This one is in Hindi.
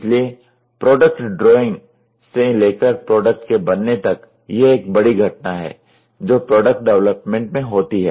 इसलिए प्रोडक्ट ड्राइंग से लेकर प्रोडक्ट के बनने तक यह एक बड़ी घटना है जो प्रोडक्ट डेवलपमेंट में होती है